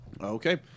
Okay